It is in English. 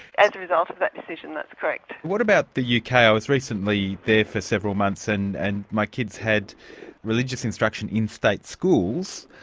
as a result of that decision, that's correct. what about the yeah uk? i ah was recently there for several months and and my kids had religious instruction in state schools,